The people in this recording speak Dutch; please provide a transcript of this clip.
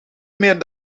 meer